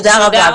תודה רבה.